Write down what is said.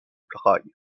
prague